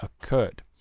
occurred